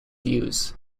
views